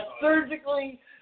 surgically